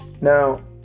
Now